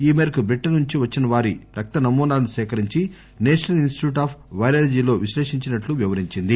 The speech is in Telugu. ఈ మేరకు బ్రిటన్ నుంచి వచ్చినవారి రక్త నమూనాలను సేకరించి సేషనల్ ఇస్స్టిట్యూట్ ఆఫ్ పైరాలజీలో విశ్లేషించినట్లు వివరించింది